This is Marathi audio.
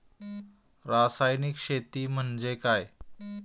रासायनिक शेती म्हणजे काय?